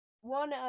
one